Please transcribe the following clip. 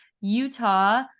Utah